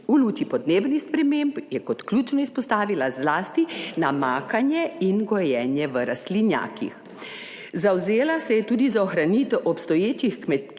V luči podnebnih sprememb je kot ključno izpostavila zlasti namakanje in gojenje v rastlinjakih, zavzela se je tudi za ohranitev obstoječih kmetij